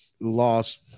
lost